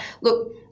look